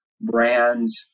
brands